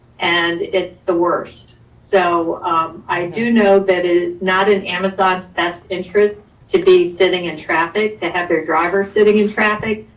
and it's the worst. so i do know that is not in amazon's best interest to be sitting in traffic, to have their drivers sitting in traffic.